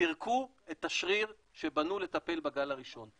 פירקו את השריר שבנו לטפל בגל הראשון.